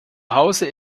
hause